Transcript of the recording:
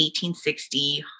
1860